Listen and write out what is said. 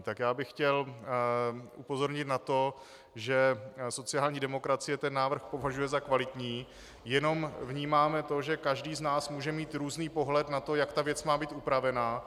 Tak já bych chtěl upozornit na to, že sociální demokracie ten návrh považuje za kvalitní, jenom vnímáme to, že každý z nás může mít různý pohled na to, jak ta věc má být upravena.